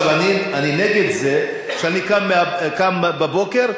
אני נגד זה שאני קם בבוקר,